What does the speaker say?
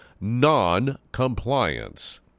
noncompliance